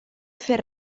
fer